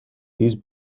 these